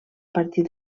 partir